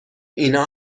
اینا